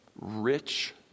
rich